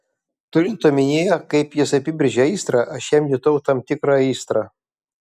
turint omenyje kaip jis apibrėžia aistrą aš jam jutau tam tikrą aistrą